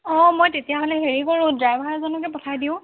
অ মই তেতিয়াহ'লে হেৰি কৰোঁ ড্ৰাইভাৰ এজনকে পঠাই দিওঁ